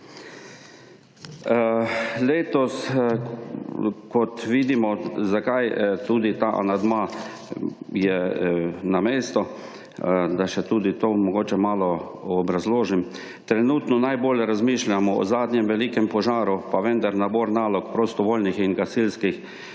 Letos kot vidimo zakaj tudi ta amandma je na mestu, da še tudi to mogoče malo obrazložim. Trenutno najbolj razmišljamo o zadnjem velikem požaru pa vendar nabor nalog prostovoljnih in poklicnih